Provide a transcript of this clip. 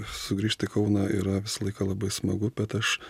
sugrįžt į kauną yra visą laiką labai smagu bet aš